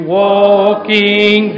walking